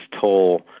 toll